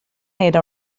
era